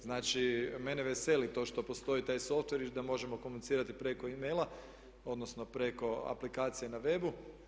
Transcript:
Znači, mene veseli to što postoji taj software i da možemo komunicirati preko e-maila, odnosno preko aplikacije na webu.